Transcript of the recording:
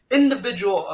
individual